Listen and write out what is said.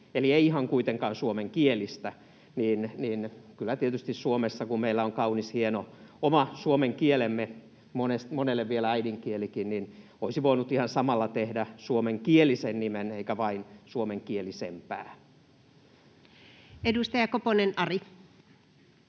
eli ei ihan kuitenkaan suomenkielistä. Kyllä tietysti Suomessa kun meillä on kaunis, hieno oma suomen kielemme — monelle vielä äidinkielikin — niin olisi voinut ihan samalla tehdä suomenkielisen nimen eikä vain suomenkielisempää. [Speech